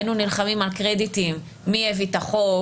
היינו נלחמים על קרדיטים: מי הביא את החוק?